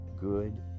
good